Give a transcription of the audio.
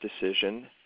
decision